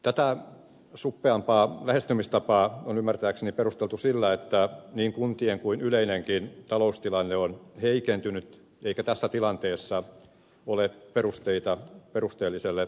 tätä suppeampaa lähestymistapaa on ymmärtääkseni perusteltu sillä että niin kuntien kuin yleinenkin taloustilanne on heikentynyt eikä tässä tilanteessa ole perusteita perusteelliselle uudistukselle